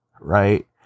right